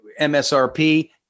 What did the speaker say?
MSRP